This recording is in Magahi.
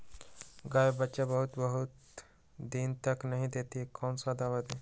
गाय बच्चा बहुत बहुत दिन तक नहीं देती कौन सा दवा दे?